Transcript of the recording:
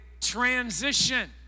transition